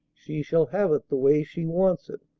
she shall have it the way she wants it.